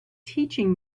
teaching